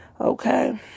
Okay